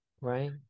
Right